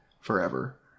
forever